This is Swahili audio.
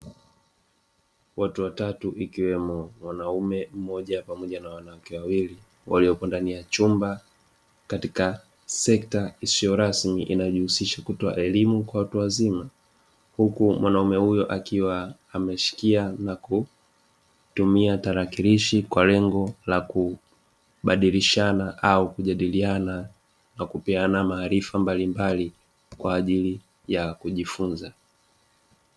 Watu watatu ikiwemo mwanaume mmoja pamoja na wanawake wawili waliopo ndani ya chumba katika sekta isiyo rasmi inayojihusisha kutoa elimu kwa watu wazima, huku mwanaume huyo akiwa ameshikia na kutumia tarakilishi, kwa lengo la kubadilishana au kujadiliana na kupeana maarifa mbakimbali kwa ajili ya kujifunza.